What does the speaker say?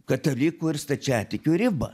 katalikų ir stačiatikių ribą